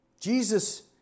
Jesus